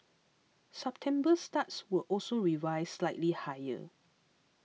September starts were also revised slightly higher